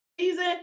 season